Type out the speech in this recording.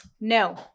No